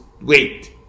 wait